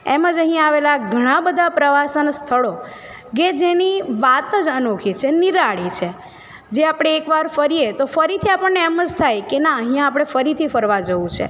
એમ જ અહીંયા આવેલા ઘણા બધા પ્રવાસન સ્થળો કે જેની વાત જ અનોખી છે નિરાળી છે જે આપણે એક્વાર ફરીએ તો ફરીથી આપણને એમ જ થાય કે ના અહીંયા આપણે ફરીથી ફરવા જવું છે